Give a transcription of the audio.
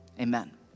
Amen